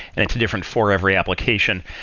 and it's different for every application.